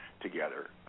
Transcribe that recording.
together